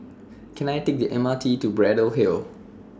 Can I Take The M R T to Braddell Hill